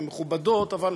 הן מכובדות, אבל